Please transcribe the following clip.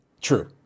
true